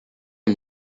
une